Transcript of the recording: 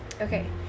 Okay